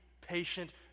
patient